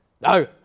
no